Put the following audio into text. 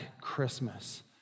Christmas